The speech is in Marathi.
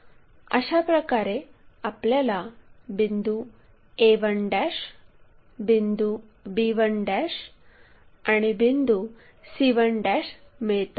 अशाप्रकारे आपल्याला बिंदू a1 बिंदू b1 आणि बिंदू c1 मिळतात